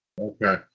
Okay